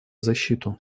защиту